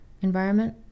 environment